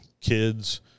kids